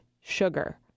sugar